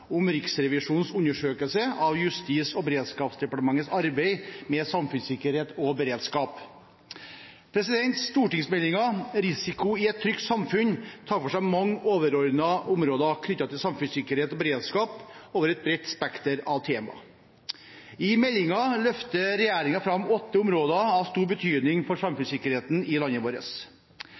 om Riksrevisjonens undersøkelse av Justis- og beredskapsdepartementets arbeid med samfunnssikkerhet og beredskap. Stortingsmeldingen «Risiko i et trygt samfunn» tar for seg mange overordnede områder knyttet til samfunnssikkerhet og beredskap over et bredt spekter av temaer. I meldingen løfter regjeringen fram åtte områder av stor betydning for samfunnssikkerheten i landet vårt.